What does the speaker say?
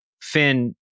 Finn